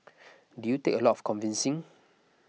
did you take a lot of convincing